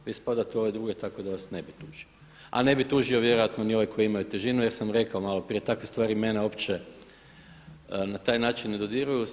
Vi spadate u ove druge tako da vas ne bi tužio a ne bi tužio vjerojatno ni ove koji imaju težinu jer sam rekao maloprije takve stvari mene uopće na taj način ne dodiruju.